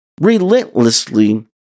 relentlessly